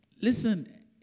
Listen